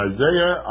Isaiah